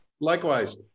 likewise